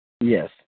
yes